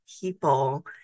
people